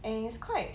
and it's quite